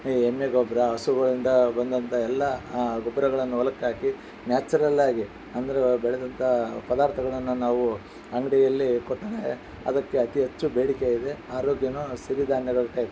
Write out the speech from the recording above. ಎಮ್ಮೆ ಗೊಬ್ಬರ ಹಸುಗಳಿಂದ ಬಂದಂಥ ಎಲ್ಲ ಗೊಬ್ಬರಗಳನ್ನು ಹೊಲಕ್ಕಾಕಿ ನ್ಯಾಚುರಲ್ಲಾಗಿ ಅಂದ್ರೆ ಬೆಳೆದಂಥ ಪದಾರ್ಥಗಳನ್ನ ನಾವು ಅಂಗಡಿಯಲ್ಲಿ ಕೊಟ್ಟರೆ ಅದಕ್ಕೆ ಅತಿ ಹೆಚ್ಚು ಬೇಡಿಕೆ ಇದೆ ಆರೋಗ್ಯವೂ ಸಿರಿಧಾನ್ಯದಂತೆ